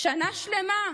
שנה שלמה.